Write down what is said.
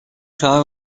شما